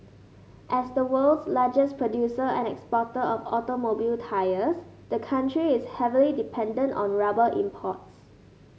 as the world's largest producer and exporter of automobile tyres the country is heavily dependent on rubber imports